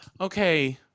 Okay